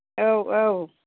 औ औ